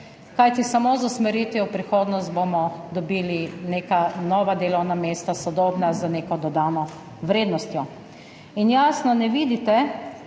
Kajti samo z usmeritvijo v prihodnost bomo dobili neka nova delovna mesta, sodobna, z neko dodano vrednostjo. Jasno, ne vidite,